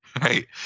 Right